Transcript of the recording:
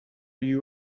you